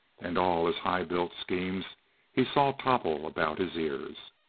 and all his high-built schemes he saw topple about his ears.